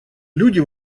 люди